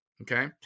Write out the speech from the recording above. okay